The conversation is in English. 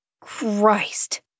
Christ